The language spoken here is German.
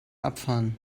abfahren